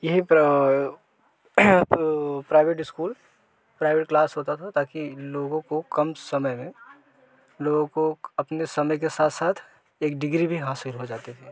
यही प्र private school private class होता था ताकि लोगों को कम समय में लोगों को अपने समय के साथ साथ एक डिग्री भी हासिल हो जाते थे